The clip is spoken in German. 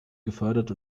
gefördert